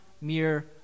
mere